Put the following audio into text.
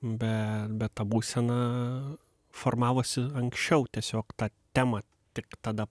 be bet ta būsena formavosi anksčiau tiesiog tą temą tik tada